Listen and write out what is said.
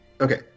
Okay